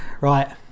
Right